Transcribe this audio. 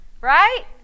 Right